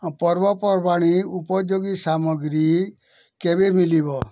ପର୍ବପର୍ବାଣି ଉପଯୋଗୀ ସାମଗ୍ରୀ କେବେ ମିଳିବ